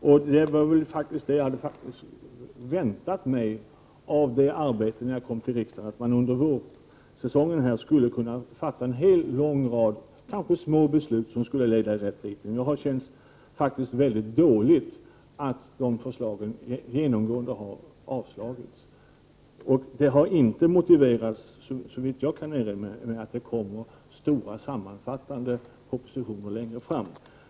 När jag kom till riksdagen hade jag faktiskt väntat mig att man under vårsäsongen här skulle kunna fatta en lång rad av, kanske små, beslut, som skulle kunna leda i rätt riktning. Nu har det känts väldigt dåligt att de förslagen genomgående har avslagits. Detta har inte motiverats, såvitt jag kan erinra mig, med att det kommer stora sammanfattande propositioner längre fram.